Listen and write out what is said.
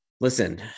listen